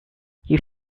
you